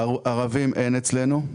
ערבים אין אצלנו.